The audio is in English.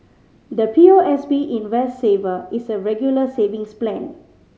the P O S B Invest Saver is a Regular Savings Plan